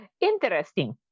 interesting